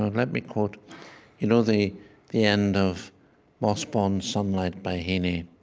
let me quote you know the the end of mossbawn sunlight by heaney.